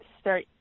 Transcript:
start